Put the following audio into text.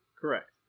Correct